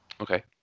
Okay